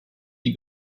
die